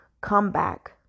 comeback